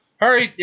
Hurry